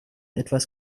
etwas